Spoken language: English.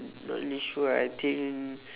not really sure I think